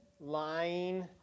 lying